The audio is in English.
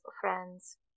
friends